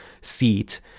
seat